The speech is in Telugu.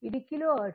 ఇది కిలో హెర్ట్జ్